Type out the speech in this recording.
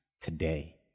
today